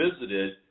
visited